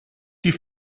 die